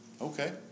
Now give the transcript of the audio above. okay